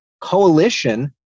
coalition